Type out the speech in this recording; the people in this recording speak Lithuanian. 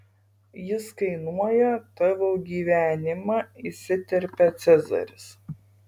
jis kainuoja tavo gyvenimą įsiterpia cezaris